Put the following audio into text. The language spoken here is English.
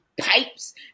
Pipes